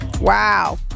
Wow